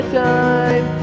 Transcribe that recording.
time